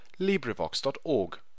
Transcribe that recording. LibriVox.org